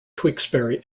tewkesbury